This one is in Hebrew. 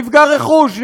נפגע רכוש,